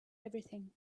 everything